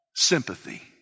sympathy